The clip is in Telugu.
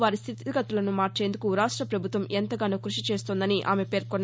వారి స్దితిగతులను మార్చేందుకు రాష్ట ప్రభుత్వం ఎంతగానో క్భషి చేస్తోందని ఆమె పేర్కొన్నారు